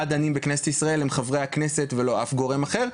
דנים בכנסת ישראל הם חברי הכנסת ולא אף גורם אחר.